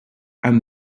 and